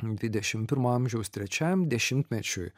dvidešimt pirmo amžiaus trečiajam dešimtmečiui